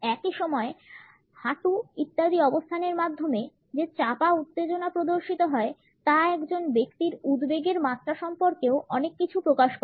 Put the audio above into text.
একই সময়ে হাঁটু ইত্যাদির অবস্থানের মাধ্যমে যে চাপা উত্তেজনা প্রদর্শিত হয় তা একজন ব্যক্তির উদ্বেগের মাত্রা সম্পর্কেও অনেক কিছু প্রকাশ করে